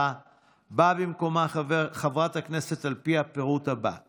באה במקומו חברת הכנסת על פי הפירוט הבא: